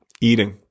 eating